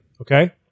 okay